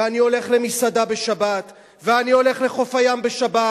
ואני הולך למסעדה בשבת, ואני הולך לחוף הים בשבת,